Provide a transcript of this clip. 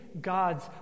God's